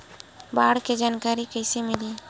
बाढ़ के जानकारी कइसे मिलही?